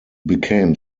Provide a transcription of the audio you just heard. became